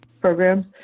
programs